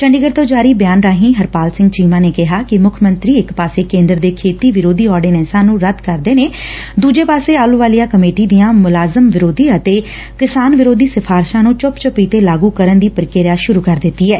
ਚੰਡੀਗੜ ਤੋਂ ਜਾਰੀ ਬਿਆਨ ਰਾਹੀਂ ਹਰਪਾਲ ਸਿੰਘ ਚੀਮਾ ਨੇ ਕਿਹਾ ਕਿ ਮੁੱਖ ਮੰਤਰੀ ਇਕ ਪਾਸੇ ਕੇਂਦਰ ਦੇ ਖੇਤੀ ਵਿਰੋਧੀ ਆਰਡੀਨੈਂਸਾਂ ਨੂੰ ਰੱਦ ਕਰਦੇ ਨੇ ਦੁਜੇ ਪਾਸੇ ਆਹਲੁਵਾਲੀਆ ਕਮੇਟੀ ਦੀਆਂ ਮੁਲਾਜ਼ਮ ਵਿਰੋਧੀ ਅਤੇ ਕਿਸਾਨ ਵਿਰੋਧੀ ਸਿਫਾਰਿਸ਼ਾਂ ਨੂੰ ਚੁੱਪ ਚਪੀਤੇ ਲਾਗੁ ਕਰਨ ਦੀ ਪ੍ਰੀਕਿਰਿਆ ਸੁਰੁ ਕਰ ਦਿੱਤੀ ਏ